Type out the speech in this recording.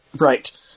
Right